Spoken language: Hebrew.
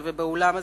במליאה,